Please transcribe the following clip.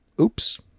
Oops